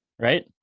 right